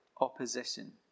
opposition